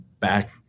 back